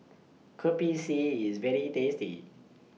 Kopi C IS very tasty